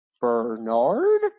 Bernard